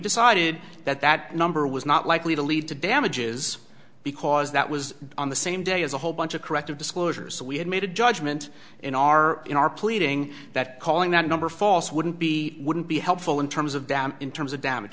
decided that that number was not likely to lead to damages because that was on the same day as a whole bunch of corrective disclosures so we had made a judgment in our in our pleading that calling that number false wouldn't be wouldn't be helpful in terms of down in terms of damage